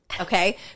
Okay